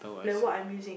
like what I'm using